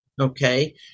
Okay